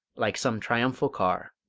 like some triumphal car.